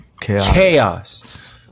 chaos